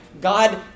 God